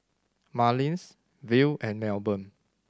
Marlys Verl and Melbourne